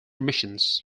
missions